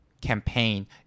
campaign